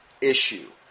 issue